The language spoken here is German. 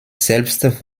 selbst